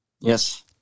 Yes